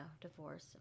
divorce